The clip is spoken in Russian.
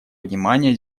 внимания